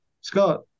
Scott